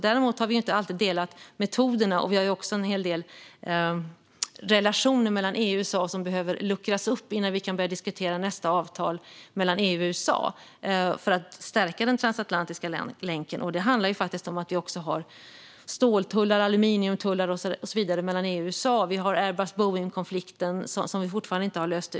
Däremot har vi inte alltid delat metoderna, och det finns också en hel del relationer mellan EU och USA som behöver luckras upp innan vi kan börja diskutera nästa avtal mellan EU och USA för att stärka den transatlantiska länken. Det handlar om ståltullar, aluminiumtullar och så vidare mellan EU och USA, liksom Airbus-Boeing-konflikten, som vi fortfarande inte har löst.